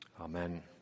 Amen